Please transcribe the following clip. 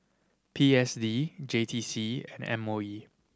P S D J T C and M O E